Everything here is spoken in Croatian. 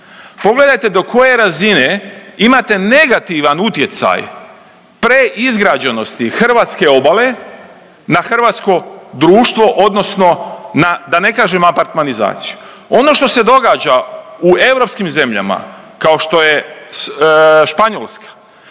Pogledajte do koje razine imate negativan utjecaj preizgrađenosti hrvatske obale na hrvatsko društvo odnosno na da ne kažem apartmanizaciju. Ono što se događa u europskim zemljama kao što je Španjolska